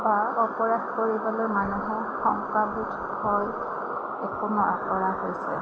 বা অপৰাধ কৰিবলৈ মানুহৰ শংকাবোধ ভয় একো নকৰা হৈছে